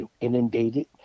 inundated